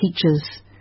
teacher's